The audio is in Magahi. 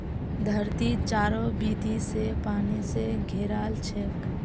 धरती चारों बीती स पानी स घेराल छेक